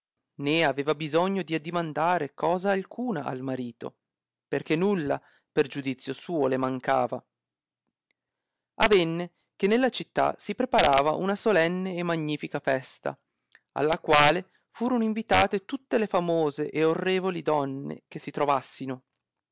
né aveva bisogno di addimandare cosa alcuna al marito perchè nulla per giudizio suo le mancava avenne che nella città si preparava una solenne e magnifica festa alla quale furono invitate tutte le famose e orrevoli donne che si trovassino